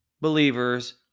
believers